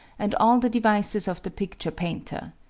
and all the devices of the picture painter.